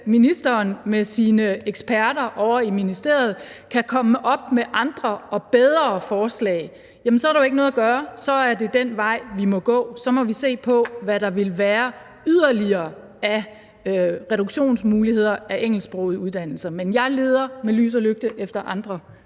ministeren med sine eksperter ovre i ministeriet kan komme op med andre og bedre forslag, så er der jo ikke noget at gøre, så er det den vej, vi må gå, og så må vi se på, hvad der vil være yderligere af reaktionsmuligheder i forbindelse med de engelsksprogede uddannelser. Men jeg leder med lys og lygte efter andre